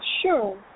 Sure